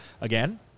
Again